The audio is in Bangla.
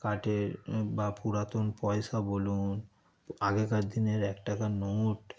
কাঠের বা পুরাতন পয়সা বলুন আগেকার দিনের এক টাকার নোট